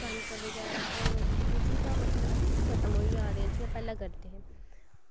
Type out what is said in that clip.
कनक बगैरा होर ओह् चीजां मतलब कि खत्म होई जा दी न जि'यां पैह्लें करदे हे